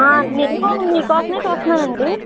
ఆ నేను మీ కోసమే చూస్తున్నాను అండి